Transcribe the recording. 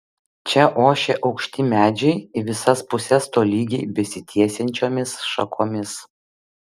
čia ošė aukšti medžiai į visas puses tolygiai besitiesiančiomis šakomis